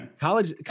college